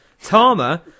Tama